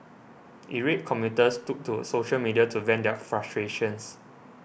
irate commuters took to social media to vent their frustration